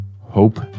hope